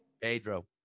Pedro